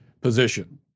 position